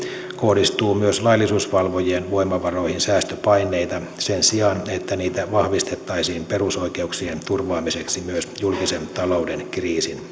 kohdistuu myös laillisuusvalvojien voimavaroihin säästöpaineita sen sijaan että niitä vahvistettaisiin perusoikeuksien turvaamiseksi myös julkisen talouden kriisin